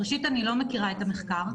ראשית, אני לא מכירה את המחקר.